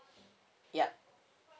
yup